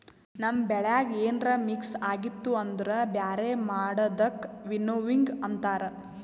ನಮ್ ಬೆಳ್ಯಾಗ ಏನ್ರ ಮಿಕ್ಸ್ ಆಗಿತ್ತು ಅಂದುರ್ ಬ್ಯಾರೆ ಮಾಡದಕ್ ವಿನ್ನೋವಿಂಗ್ ಅಂತಾರ್